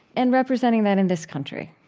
and representing that in this country.